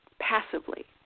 passively